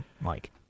Mike